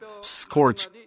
scorch